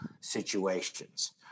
situations